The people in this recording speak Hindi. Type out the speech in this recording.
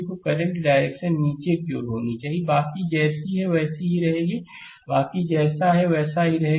तोकरंट डायरेक्शन नीचे की ओर होनी चाहिए बाकी जैसी है वैसी ही रहेगी बाकी जैसा है वैसा ही रहेगा